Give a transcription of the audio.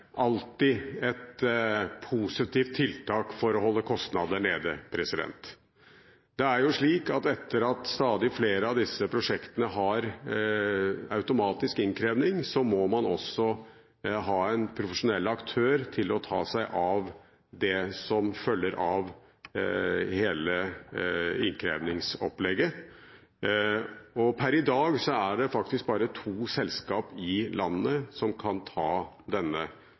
alltid et positivt tiltak for å holde kostnader nede. Det er jo slik at etter at stadig flere av disse prosjektene har automatisk innkreving, må man ha en profesjonell aktør til å ta seg av det som følger av hele innkrevingsopplegget, og per i dag er det faktisk bare to selskaper i landet som kan ta denne